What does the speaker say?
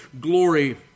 glory